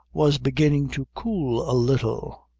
was beginning to cool a little,